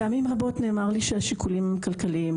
פעמים רבות נאמר לי שהשיקולים הם כלכליים.